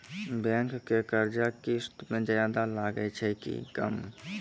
Bank के कर्जा किस्त मे ज्यादा लागै छै कि कम?